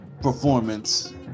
performance